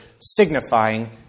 signifying